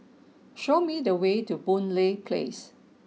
show me the way to Boon Lay Place